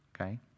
Okay